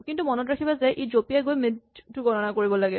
কিন্তু মনত ৰাখিবা যে ই জপিয়াই গৈ মিড টো গণনা কৰিব লাগে